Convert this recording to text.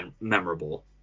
memorable